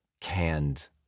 canned